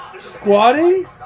squatting